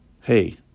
Hey